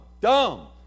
dumb